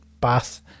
bath